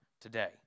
today